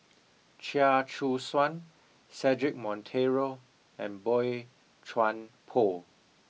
Chia Choo Suan Cedric Monteiro and Boey Chuan Poh